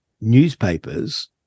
newspapers